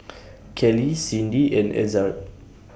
Kelli Cindi and Ezzard